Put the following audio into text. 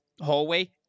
hallway